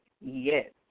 yes